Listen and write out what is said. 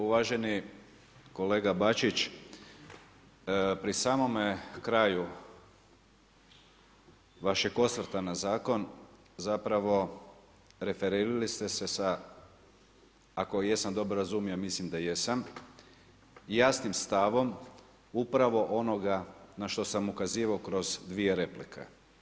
Uvaženi kolega bačić, pri samome kraju vašeg osvrta na zakon zapravo referirali ste se sa ako jesam dobro razumio, mislim da jesam, jasnim stavom upravo onoga na što sam ukazivao kroz dvije replike.